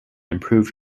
improved